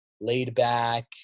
laid-back